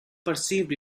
perceived